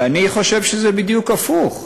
ואני חושב שזה בדיוק הפוך.